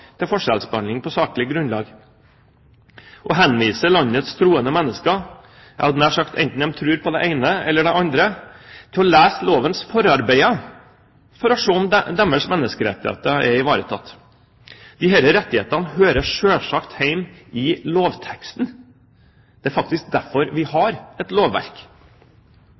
til forskjellsbehandling på saklig grunnlag og henviser landets troende mennesker – nær sagt enten de tror på det ene eller det andre – til å lese lovens forarbeider for å se om deres menneskerettigheter er ivaretatt. Disse rettighetene hører selvsagt hjemme i lovteksten. Det er faktisk derfor vi har et lovverk.